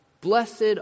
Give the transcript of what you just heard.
Blessed